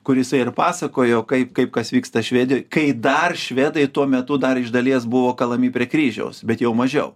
kur jisai ir pasakojo kaip kaip kas vyksta švedijoj kai dar švedai tuo metu dar iš dalies buvo kalami prie kryžiaus bet jau mažiau